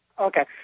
Okay